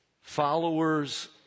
Followers